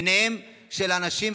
עיניהם של אנשים,